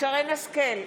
שרן מרים השכל,